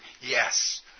Yes